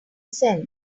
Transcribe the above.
sense